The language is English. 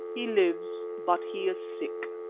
he lives, but he is sick.